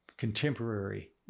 contemporary